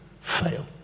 fail